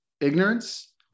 Ignorance